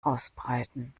ausbreiten